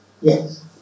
yes